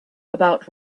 about